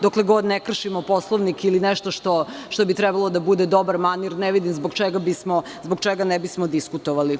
Dokle god ne kršimo Poslovnik ili nešto što bi trebalo da bude dobar manir, ne vidim zbog čega ne bismo diskutovali.